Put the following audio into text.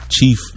Chief